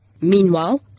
Meanwhile